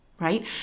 Right